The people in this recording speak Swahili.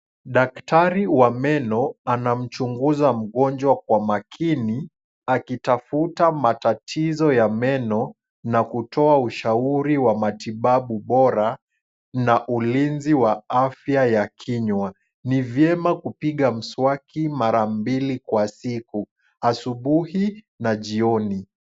Daktari wa meno, anamchunguza mgonjwa kwa makini, akitafuta matatizo ya meno na kutoa ushauri wa matibabu bora na ulinzi wa afya ya kinywa. Ni vyema kupiga mswaki mara mbili kwa siku, asubuhi na jioni.